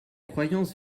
croyance